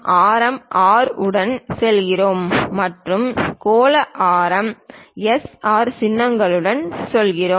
ஆரம் நாம் R உடன் செல்கிறோம் மற்றும் கோள ஆரம் எஸ்ஆர் சின்னங்களுடன் செல்கிறோம்